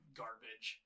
garbage